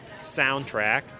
soundtrack